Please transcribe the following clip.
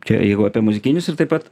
čia jeigu apie muzikinius ir taip pat